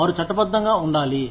వారు చట్టబద్ధంగా ఉండాలి